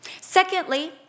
Secondly